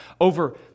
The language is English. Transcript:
Over